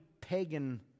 pagan